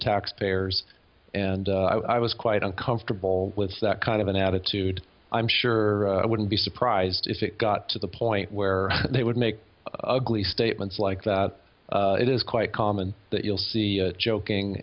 taxpayers and i was quite uncomfortable with that kind of an attitude i'm sure i wouldn't be surprised if it got to the point where they would make a glee statements like that it is quite common that you'll see joking